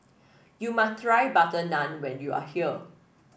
you must try butter naan when you are here